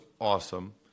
awesome